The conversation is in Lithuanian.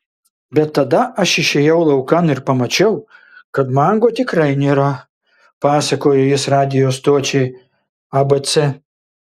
bet tada aš išėjau laukan ir pamačiau kad mango tikrai nėra pasakojo jis radijo stočiai abc